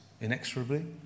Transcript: inexorably